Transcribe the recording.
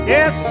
Yes